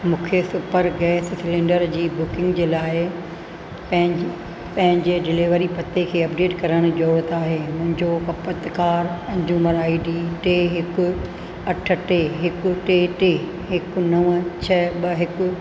खे super gas cylinder जी booking जे लाइ पऐ पंहिंजे डिलेवरी पते खे अपडेट करण जो जरुरत आहे मुहिंजो खपतकार कंजूमर आई डी टे हिकु अठ टे हिकु टे टे हिकु नव छ ॿ हिकु